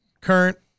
current